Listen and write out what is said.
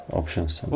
options